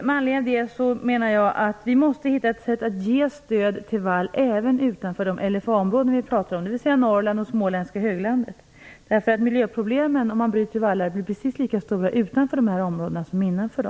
Med anledning av detta menar jag att vi måste hitta ett sätt att ge stöd till vall, även utanför de LFA områden vi talar om - Norrland och de småländska höglandet. Om man bryter vallar blir miljöproblemen nämligen precis lika stora utanför de här områdena som innanför dem.